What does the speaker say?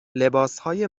لباسهای